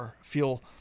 feel